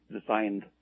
designed